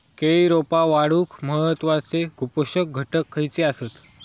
केळी रोपा वाढूक महत्वाचे पोषक घटक खयचे आसत?